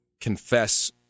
confess